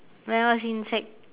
when I was in sec